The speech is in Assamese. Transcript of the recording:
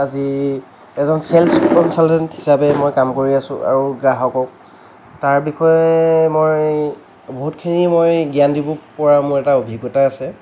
আজি এজন ছেলছ কনচালটেণ্ট হিচাপে মই কাম কৰি আছোঁ আৰু গ্ৰাহকক তাৰ বিষয়ে মই বহুতখিনি মই জ্ঞান দিব পৰা মোৰ এটা অভিজ্ঞতা আছে